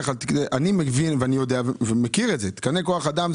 אני מבין ואני מכיר את זה שתקני כוח אדם,